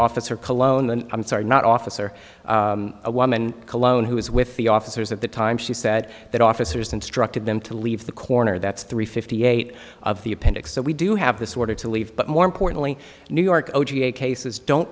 officer cologne i'm sorry not officer a woman cologne who is with the officers at the time she said that officers instructed them to leave the corner that's three fifty eight of the appendix so we do have this order to leave but more importantly new york cases don't